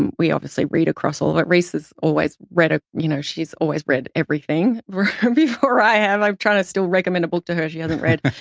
and we obviously read across all of it. reese has always read, you know, she's always read everything before i have. i'm trying to still recommend a book to her she hasn't read.